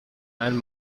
and